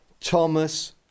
Thomas